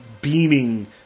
beaming